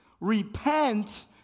repent